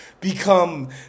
become